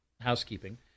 housekeeping